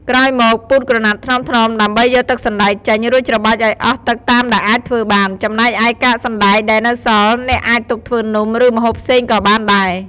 ក្រោយមក ពូតក្រណាត់ថ្នមៗដើម្បីយកទឹកសណ្តែកចេញ រួចច្របាច់ឱ្យអស់ទឹកតាមដែលអាចធ្វើបាន ចំណែកឯកាកសណ្តែកដែលនៅសល់ អ្នកអាចទុកធ្វើនំ ឬម្ហូបផ្សេងក៏បានដែរ។